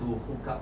wake got